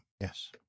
Yes